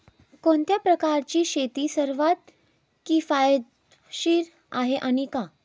कोणत्या प्रकारची शेती सर्वात किफायतशीर आहे आणि का?